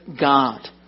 God